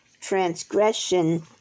transgression